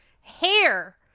hair